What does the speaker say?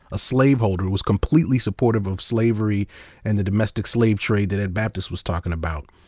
a slaveholder who was completely supportive of slavery and the domestic slave trade that ed baptist was talking about.